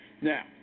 Now